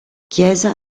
chiesa